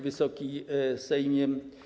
Wysoki Sejmie!